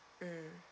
mm